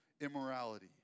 immorality